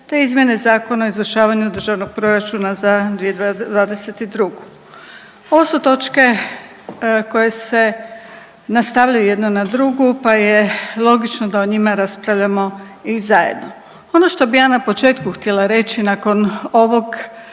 te izmjene Zakona o izvršavanju Državnog proračuna za 2022. Ovo su točke koje se nastavljaju jedna na drugu pa je logično da o njima raspravljamo i zajedno. Ono što bi ja na početku htjela reći nakon ovog,